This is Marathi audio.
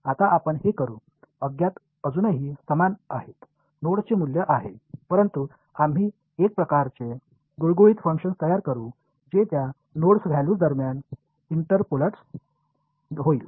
आता आपण हे करू अज्ञात अजूनही समान आहेत नोड्सचे मूल्य आहे परंतु आम्ही एक प्रकारचे गुळगुळीत फंक्शन तयार करू जे त्या नोड व्हॅल्यूज दरम्यान इंटरपोलॅट्स घेईल